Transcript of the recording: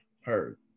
Heard